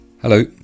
Hello